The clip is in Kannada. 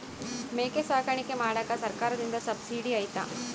ಮೇಕೆ ಸಾಕಾಣಿಕೆ ಮಾಡಾಕ ಸರ್ಕಾರದಿಂದ ಸಬ್ಸಿಡಿ ಐತಾ?